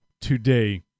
today